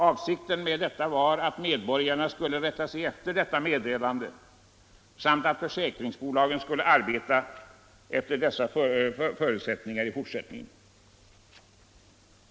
Avsikten var att medborgarna skulle rätta sig efter detta meddelande samt att försäkringsbolagen skulle arbeta efter dessa förutsättningar i fortsättningen.